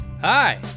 Hi